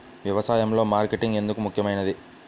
వ్యసాయంలో మార్కెటింగ్ ఎందుకు ముఖ్యమైనది?